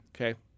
Okay